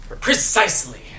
Precisely